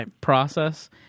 process